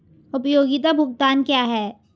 उपयोगिता भुगतान क्या हैं?